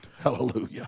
hallelujah